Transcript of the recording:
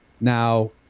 Now